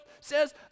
says